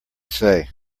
say